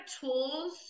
tools